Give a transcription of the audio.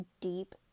deep